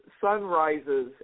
sunrises